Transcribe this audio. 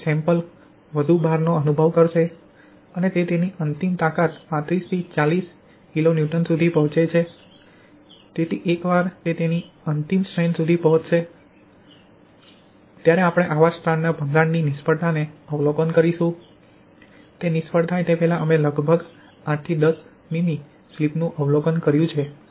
તેથી સેમ્પલ વધુ ભારનો અનુભવ કરશે અને તે તેની અંતિમ તાકાત લગભગ 35 થી 40 KN સુધી પહોંચે છે તેથી એકવાર તે તેની અંતિમ સ્ટ્રેન્થ સુધી પહોંચશે ત્યારે આપણે આવા સ્ટ્રેન્ડના ભંગાણની નિષ્ફળતા ને અવલોકન કરીશું તે નિષ્ફળ થાય તે પહેલાં અમે લગભગ 8 થી 10 મીમી સ્લિપનું અવલોકન કર્યું છે